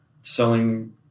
selling